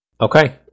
Okay